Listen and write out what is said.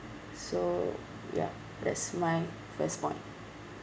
so yeah that's my first point